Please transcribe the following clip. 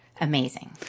amazing